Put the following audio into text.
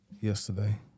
yesterday